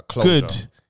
Good